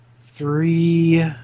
three